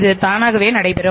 இது தானாகவே நடைபெரும்